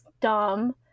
dumb